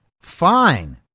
fine